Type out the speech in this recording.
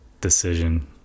decision